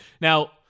Now